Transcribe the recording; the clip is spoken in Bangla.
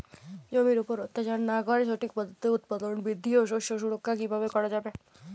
জমির উপর অত্যাচার না করে সঠিক পদ্ধতিতে উৎপাদন বৃদ্ধি ও শস্য সুরক্ষা কীভাবে করা যাবে?